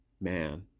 man